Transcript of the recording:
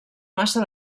massa